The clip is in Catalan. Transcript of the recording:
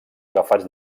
agafats